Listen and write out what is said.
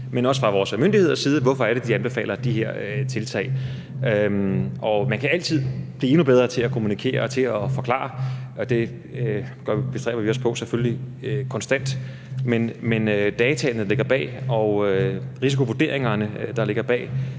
men også fra vores myndigheders side, hvorfor de anbefaler de her tiltag. Man kan altid blive bedre endnu til at kommunikere og til at forklare, og det bestræber vi os selvfølgelig konstant på, men dataene og risikovurderingerne, der ligger bag,